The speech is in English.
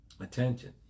Attention